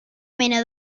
mena